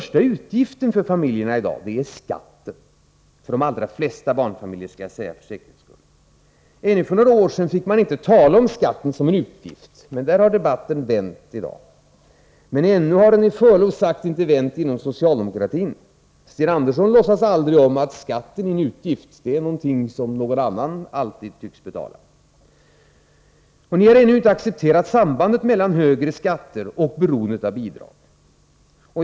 Skatten är i dag den största utgiften för de flesta barnfamiljer. Ännu för några år sedan fick man inte tala om skatten som en utgift. Men där har debatten vänt i dag. Ännu har den dock, med förlov sagt, inte vänt inom socialdemokratin. Sten Andersson låtsas aldrig om att skatten är en utgift. Den är någonting som alltid någon annan tycks betala. Ni har ännu inte accepterat sambandet mellan högre skatter och beroendet av bidrag.